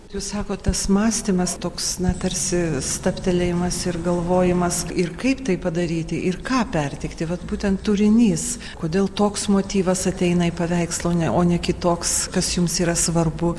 jūs sakot tas mąstymas toks na tarsi stabtelėjimas ir galvojimas ir kaip tai padaryti ir ką perteikti vat būtent turinys kodėl toks motyvas ateina į paveikslą o ne o ne kitoks kas jums yra svarbu